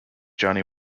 johnny